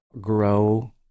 grow